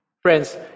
Friends